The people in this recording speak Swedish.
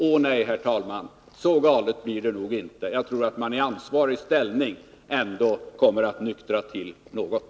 Ånej, så galet blir det nog inte! Jag tror att man i ansvarig ställning ändå kommer att nyktra till något.